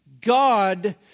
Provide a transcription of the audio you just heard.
God